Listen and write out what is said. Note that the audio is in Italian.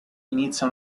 inizia